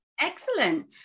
Excellent